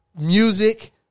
music